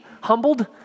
humbled